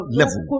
level